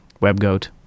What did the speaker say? Webgoat